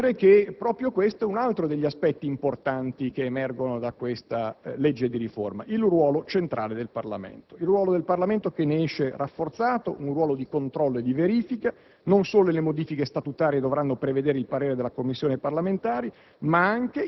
Devo dire che proprio questo è un altro degli aspetti importanti che emergono dalla legge di riforma: il ruolo centrale del Parlamento; il ruolo del Parlamento ne esce rafforzato, un ruolo di controllo e di verifica. Non solo le modifiche statutarie dovranno prevedere il parere delle Commissioni parlamentari,